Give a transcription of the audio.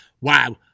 Wow